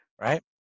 right